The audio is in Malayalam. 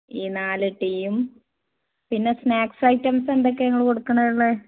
ഈ നാല് ടീയും പിന്നെ സ്നാക്ക്സ് ഐറ്റംസ് എന്തൊക്കെ നിങ്ങൾ കൊടുക്കണത് ഉള്ളത്